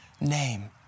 name